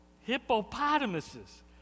hippopotamuses